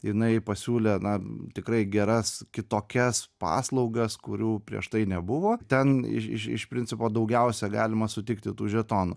jinai pasiūlė na tikrai geras kitokias paslaugas kurių prieš tai nebuvo ten iš iš iš principo daugiausia galima sutikti tų žetonų